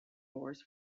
oars